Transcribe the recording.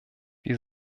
wir